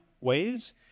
ways